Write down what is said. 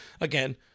again